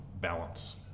balance